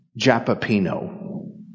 Japapino